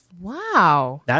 Wow